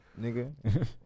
Nigga